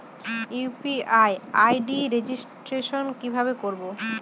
UPI ID registration কিভাবে করব?